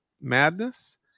madness